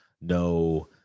no